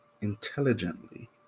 intelligently